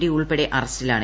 D ഉൾപ്പെടെ അറസ്റ്റിലാണ്